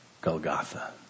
Golgotha